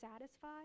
satisfied